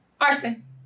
Arson